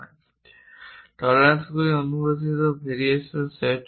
সুতরাং টলারেন্সগুলি অনুমোদিত ভেরিয়েশন সেট করে